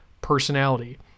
personality